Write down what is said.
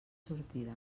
sortida